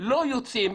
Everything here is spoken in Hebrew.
לא יוצאים.